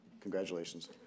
Congratulations